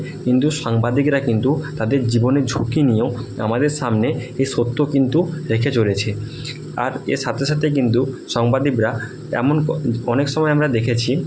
কিন্তু সাংবাদিকরা কিন্তু তাদের জীবনের ঝুঁকি নিয়েও আমাদের সামনে এ সত্য কিন্তু রেখে চলেছে আর এর সাথে সাথে কিন্তু সাংবাদিকরা এমন অনেক সময় আমরা দেখেছি